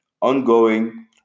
ongoing